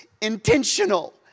intentional